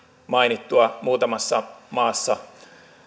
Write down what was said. mainittua muutamassa maassa